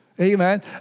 Amen